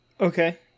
Okay